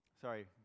Sorry